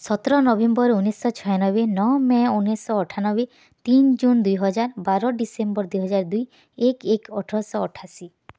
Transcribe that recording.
ସତର ନଭେମ୍ବର ଉଣେଇଶିଶହ ଛୟାନବେ ନଅ ମେ ଉଣେଇଶିଶହ ଅଠାନବେ ତିନି ଜୁନ୍ ଦୁଇ ହଜାର ବାର ଡିସେମ୍ବର ଦୁଇ ହଜାର ଦୁଇ ଏକ ଏକ ଅଠର ଶହ ଅଠାଅଶୀ